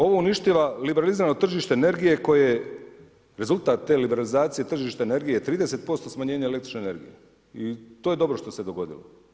Ovo uništava liberalizirano tržište energije koje je rezultat te liberalizacije tržišne energije 30% smanjenje električne energije i to je dobro što se dogodilo.